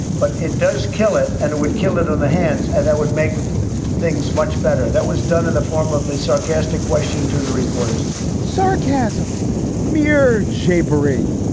but it does kill it and it would kill it on the hands and that would make things much better. that was done in the form of a sarcastic question to the reporters sarcasm mir jay paree.